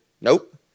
Nope